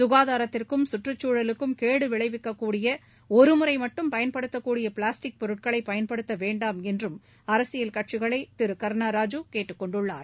சுகாதாரத்திற்கும் சுற்றுச்சூழலுக்கும் கேடு விளைவிக்கக்கூடிய ஒருமுறை மட்டும் பயன்படுத்தக்கூடிய பிளாஸ்டிக் பொருட்களை பயன்படுத்த வேண்டாம் என்றும் அரசியல் கட்சிகளை திரு கர்ணா ராஜு கேட்டுக்கொண்டுள்ளார்